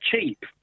cheap